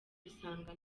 dusanga